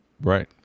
Right